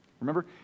Remember